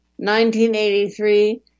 1983